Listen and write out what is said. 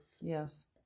Yes